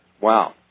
Wow